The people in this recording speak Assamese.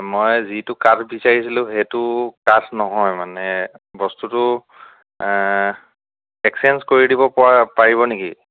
মই যিটো কাঠ বিচাৰিছিলোঁ সেইটো কাঠ নহয় মানে বস্তুটো একচেঞ্জ কৰি দিবপৰা পাৰিব নেকি